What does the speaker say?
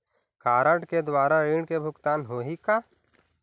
Card के द्वारा ऋण के भुगतान होही का?